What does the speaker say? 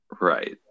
Right